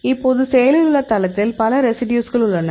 இப்போது செயலில் உள்ள தளத்தில் பல ரெசிடியூஸ்கள் உள்ளன